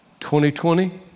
2020